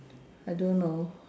I don't know